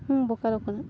ᱵᱳᱠᱟᱨᱳ ᱠᱷᱚᱱᱟᱜ